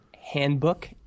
Handbook